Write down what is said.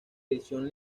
edición